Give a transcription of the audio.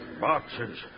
Boxes